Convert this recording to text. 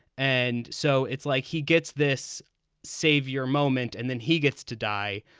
and so it's like he gets this savior moment. and then he gets to die.